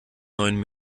neuen